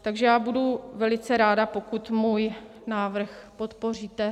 Takže já budu velice ráda, pokud můj návrh podpoříte.